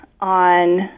on